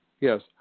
Yes